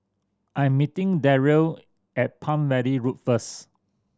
I am meeting Darrell at Palm Valley Road first